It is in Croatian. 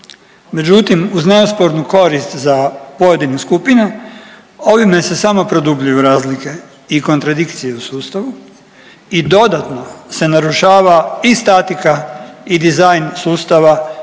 Međutim, uz neospornu korist za pojedinu skupinu ovime se samo produbljuju razlike i kontradikcije u sustavu i dodatno se narušava i statika i dizajn sustava.